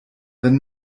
wenn